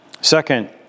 Second